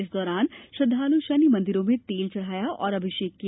इस दौरान श्रद्वाल् शनि मंदिरों में तेल चढ़ाया और अभिषेक किया